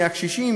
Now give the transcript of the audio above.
הקשישים,